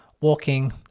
walking